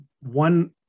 one